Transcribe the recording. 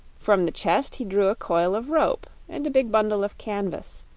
from the chest he drew a coil of rope and a big bundle of canvas,